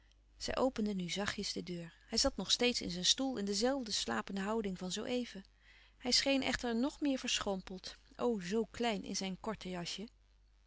zij opende nu zachtjes de deur hij zat nog steeds in zijn stoel in de zelfde slapende houding van zoo even hij scheen echter nog meer verschrompeld o zoo klein in zijn korte jasje